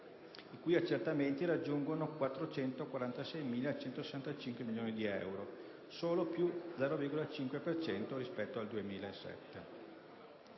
i cui accertamenti raggiungono 446.165 milioni di euro (solo più 0,5 per cento rispetto al 2007)